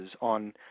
on